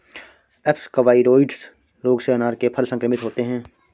अप्सकवाइरोइड्स रोग से अनार के फल संक्रमित होते हैं